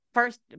First